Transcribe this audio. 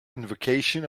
invocation